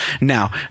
Now